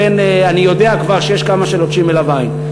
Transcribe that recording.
לכן אני יודע כבר שיש כמה שלוטשים אליו עין.